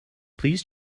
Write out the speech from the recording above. please